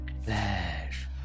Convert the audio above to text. flash